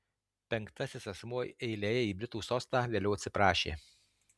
penktasis asmuo eilėje į britų sostą vėliau atsiprašė